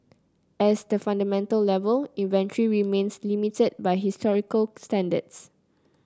as the fundamental level inventory remains limited by historical standards